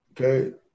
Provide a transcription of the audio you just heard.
okay